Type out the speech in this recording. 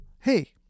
hey